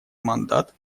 мандат